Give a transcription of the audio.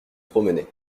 promener